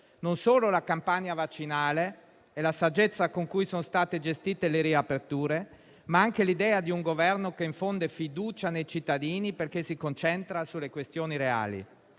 alla campagna vaccinale e alla saggezza con cui sono state gestite le riaperture, ma anche all'idea di un Governo che infonde fiducia nei cittadini, perché si concentra sulle questioni reali.